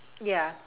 ya